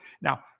Now